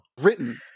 written